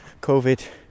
COVID